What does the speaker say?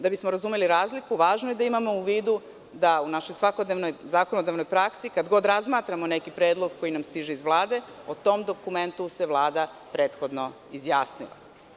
Da bismo razumeli razliku važno je da imamo u vidu da u našoj svakodnevnoj zakonodavnoj praksi kad god razmatramo neki predlog koji nam stiže iz Vlade o tom dokumentu se Vlada prethodno izjasnila.